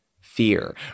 fear